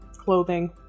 clothing